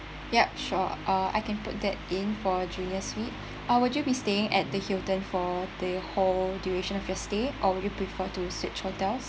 yeah sure uh I can put that in for junior suite uh would you be staying at the Hilton for the whole duration of your stay or would you prefer to switch hotels